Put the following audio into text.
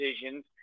decisions